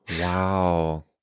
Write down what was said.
wow